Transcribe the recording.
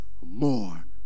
more